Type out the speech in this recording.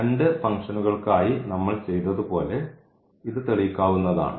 രണ്ട് ഫംഗ്ഷനുകൾക്കായി നമ്മൾ ചെയ്തതുപോലെ ഇത് തെളിയിക്കാവുന്നതാണ്